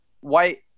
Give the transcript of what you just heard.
white